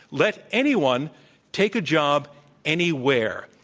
let anyone take a job anywhere,